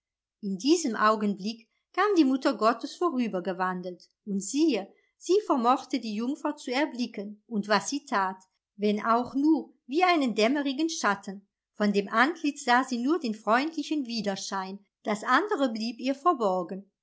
in diesem augenblick kam die mutter gottes vorübergewandelt und siehe sie vermochte die jungfer zu erblicken und was sie tat wenn auch nur wie einen dämmerigen schatten von dem antlitz sah sie nur den freundlichen widerschein das andere blieb ihr verborgen